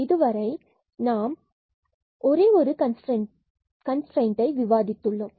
இதுவரை நாம் ஒரே ஒரு கன்ஸ்ட்ரைன்டை விவாதித்து உள்ளோம்